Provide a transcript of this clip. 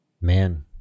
Man